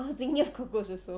I was thinking of cockroach also